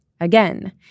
Again